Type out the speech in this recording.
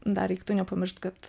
dar reiktų nepamiršt kad